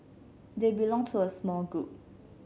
they belong to a small group